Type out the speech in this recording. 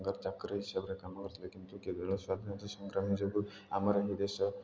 ତାଙ୍କ ଚାକର ହିସାବରେ କାମ କରୁଥିଲେ କିନ୍ତୁ କେବଳ ସ୍ୱାଧିନତା ସଂଗ୍ରାମୀ ଯୋଗୁଁ ଆମର ଏହି ଦେଶ